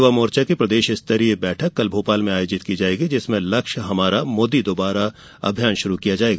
युवा मोर्चा की प्रदेश स्तरीय बैठक कल भोपाल में आयोजित की जाएगी जिसमें लक्ष्य हमारा मोदी दुबारा अभियान शुरू होगा